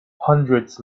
hundreds